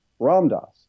Ramdas